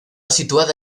situada